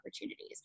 opportunities